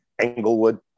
Englewood